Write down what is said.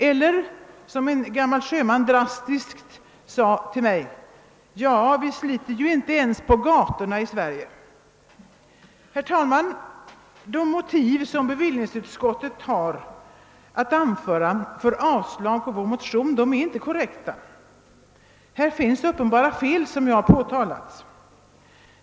Eller som en gammal sjöman drastiskt uttryckte det: »Vi sliter ju inte ens på gatorna i Sverige!» Herr talman! De motiv som bevillningsutskottet har anfört för avslag på vår motion är inte korrekta. Här finns uppenbara fel, som jag har påtalat.